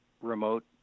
remote